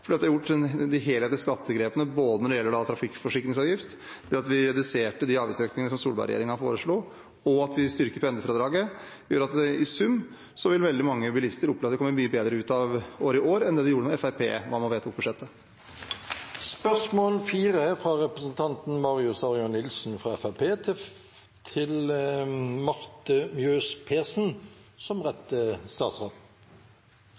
fordi vi har gjort helhetlige skattegrep når det gjelder både trafikkforsikringsavgift, det at vi reduserte de avgiftsøkningene som Solberg-regjeringen foreslo, og at vi styrker pendlerfradraget. Det gjør at i sum vil veldig mange bilister oppleve at de kommer mye bedre ut av året i år enn det de gjorde da Fremskrittspartiet var med og vedtok budsjettet. Dette spørsmålet, fra representanten Marius Arion Nilsen til finansministeren, vil bli besvart av olje- og energiministeren som